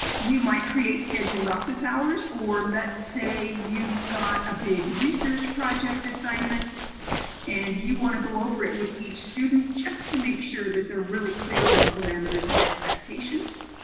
you might create scheduled office hours or let's say you've got a big research project assignment and you want to go over it with each student just to make sure they are really clear on parameters and expectations.